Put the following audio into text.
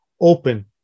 open